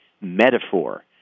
metaphor